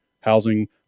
housing